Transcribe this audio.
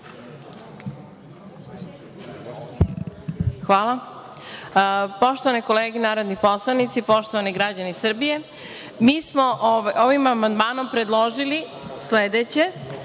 Čabraja** oštovane kolege narodni poslanici, poštovani građani Srbije, mi smo ovim amandmanom predložili sledeće